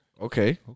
Okay